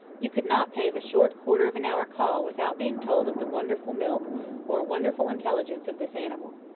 you could not pay the short quarter of an hour call without being told of the wonderful milk or wonderful intelligence of this animal.